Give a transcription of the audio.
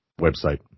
website